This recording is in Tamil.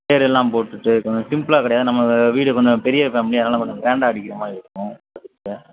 பேரெல்லாம் போட்டுவிட்டு கொஞ்சம் சிம்புளாக கிடையாது நம்ம வீடு கொஞ்சம் பெரிய ஃபேமலி அதனால கொஞ்சம் கிராண்டாக அடிக்கிற மாதிரி இருக்கும் அதுக்கு தான்